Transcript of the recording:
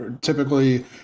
typically